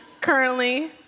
currently